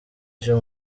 vyo